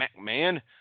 McMahon